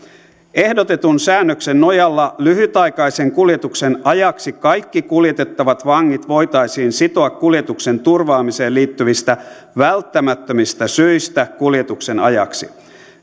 ehdotetun säännöksen nojalla lyhytaikaisen kuljetuksen ajaksi kaikki kuljetettavat vangit voitaisiin sitoa kuljetuksen turvaamiseen liittyvistä välttämättömistä syistä kuljetuksen ajaksi